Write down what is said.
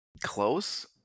Close